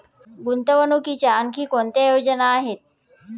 गुंतवणुकीच्या आणखी कोणत्या योजना आहेत?